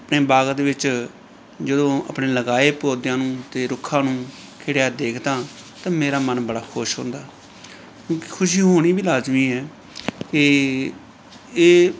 ਆਪਣੇ ਬਾਗ ਦੇ ਵਿੱਚ ਜਦੋਂ ਆਪਣੇ ਲਗਾਏ ਪੌਦਿਆਂ ਨੂੰ ਅਤੇ ਰੁੱਖਾਂ ਨੂੰ ਖਿੜਿਆ ਦੇਖਦਾ ਤਾਂ ਮੇਰਾ ਮਨ ਬੜਾ ਖੁਸ਼ ਹੁੰਦਾ ਇੱਕ ਖੁਸ਼ੀ ਹੋਣੀ ਵੀ ਲਾਜ਼ਮੀ ਹੈ ਕਿ ਇਹ